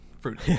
fruit